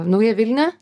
naują vilnią